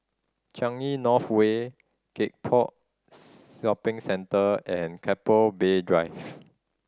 Changi North Way Gek Poh Shopping Centre and Keppel Bay Drive